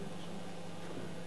גברתי היושבת-ראש, רק